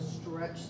stretch